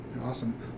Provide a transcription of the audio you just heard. Awesome